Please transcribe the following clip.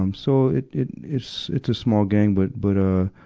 um so, it, it, it's, it's a small gang, but, but, ah,